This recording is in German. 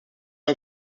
man